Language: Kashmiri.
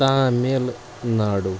تامِل ناڈوٗ